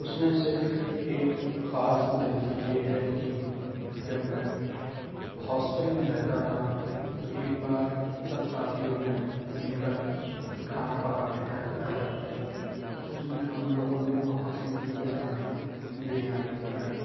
اُس میں سے ایک خاص غلطی یہ ہے کہ جب میں ہاسٹل میں رہتا تھا تو ایک بار سب ساتھیوں نے مل کر کھانا پکانے کا ارادہ کیا اُس میں ہم لوگوں نے بہت سی چیزیں بنائیں بریانی بنائی